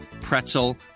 pretzel